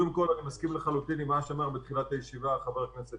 אני מסכים לחלוטין עם מה שאמר בתחילת הישיבה חבר הכנסת